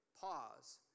pause